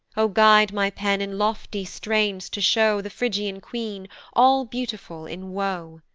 o guide my pen in lofty strains to show the phrygian queen, all beautiful in woe.